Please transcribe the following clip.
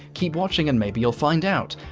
keep watching and maybe you'll find out.